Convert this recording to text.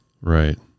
Right